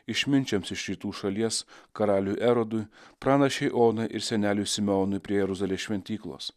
išminčiams iš rytų šalies karaliui erodui pranašei onai ir seneliui simeonui prie jeruzalės šventyklos